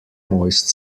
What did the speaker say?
moist